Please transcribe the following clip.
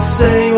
say